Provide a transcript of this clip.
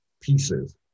pieces